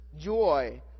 joy